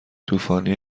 طوفانی